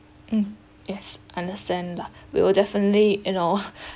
mm yes understand lah we'll definitely you know